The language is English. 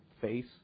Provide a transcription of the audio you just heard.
face